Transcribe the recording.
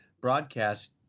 broadcast